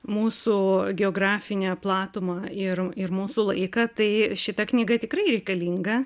mūsų geografinę platumą ir ir mūsų laiką tai šita knyga tikrai reikalinga